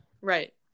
Right